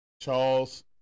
Charles